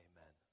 Amen